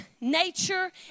nature